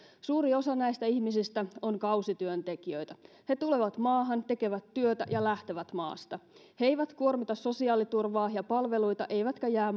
suuri osa näistä ihmisistä on kausityöntekijöitä he tulevat maahan tekevät työtä ja lähtevät maasta he eivät kuormita sosiaaliturvaa ja palveluita eivätkä jää